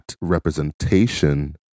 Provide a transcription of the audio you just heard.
representation